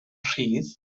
rhydd